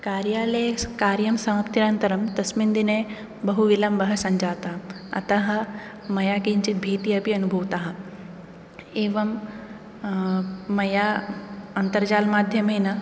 कार्यालये कार्यं समाप्त्यनन्तरं तस्मिन् दिने बहुविलम्बः सञ्ञ्जात अतः मया किञ्चित् भीत्यपि अनुभूता एवं मया अन्तर्जालमाध्यमेन